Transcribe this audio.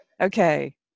Okay